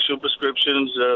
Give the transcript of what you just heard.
prescriptions